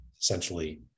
essentially